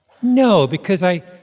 no. because i